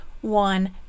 one